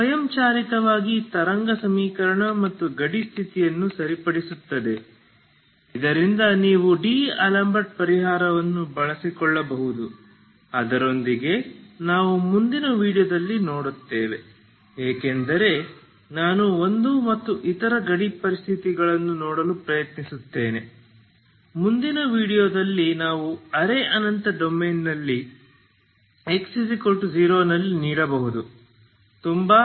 ಇದು ಸ್ವಯಂಚಾಲಿತವಾಗಿ ತರಂಗ ಸಮೀಕರಣ ಮತ್ತು ಗಡಿ ಸ್ಥಿತಿಯನ್ನು ಸರಿಪಡಿಸುತ್ತದೆ ಇದರಿಂದ ನೀವು ಡಿಅಲೆಂಬರ್ಟ್ ಪರಿಹಾರವನ್ನು ಬಳಸಿಕೊಳ್ಳಬಹುದು ಅದರೊಂದಿಗೆ ನಾವು ಮುಂದಿನ ವೀಡಿಯೋದಲ್ಲಿ ನೋಡುತ್ತೇವೆ ಏಕೆಂದರೆ ನಾನು ಒಂದು ಮತ್ತು ಇತರ ಗಡಿ ಪರಿಸ್ಥಿತಿಗಳನ್ನು ನೋಡಲು ಪ್ರಯತ್ನಿಸುತ್ತೇನೆ ಮುಂದಿನ ವೀಡಿಯೊದಲ್ಲಿ ನಾವು ಅರೆ ಅನಂತ ಡೊಮೇನ್ನಲ್ಲಿ x0 ನಲ್ಲಿ ನೀಡಬಹುದು